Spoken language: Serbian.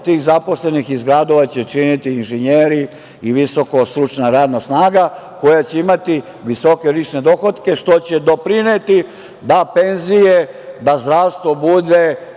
tih zaposlenih iz gradova će činiti inženjeri i visoko-stručna radna snaga koja će imati visoke lične dohotke što će doprineti da penzije, da zdravstvo bude